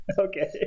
Okay